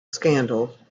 scandal